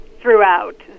throughout